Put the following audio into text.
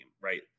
Right